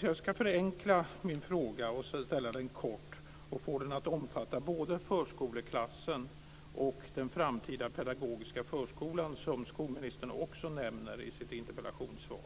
Jag ska förenkla min fråga och få den att omfatta både förskoleklassen och den framtida pedagogiska förskolan - som skolministern också nämner i sitt interpellationssvar.